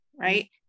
right